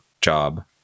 job